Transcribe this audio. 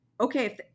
Okay